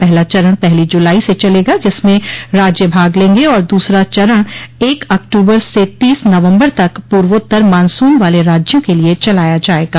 पहला चरण पहली जुलाई से चलेगा जिसमें राज्य भाग लेंगे और दूसरा चरण एक अक्टूबर से तीस नवम्बर तक पूर्वोत्तर मानसून वाले राज्यों के लिए चलाया जाएगा